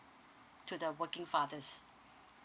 to the working fathers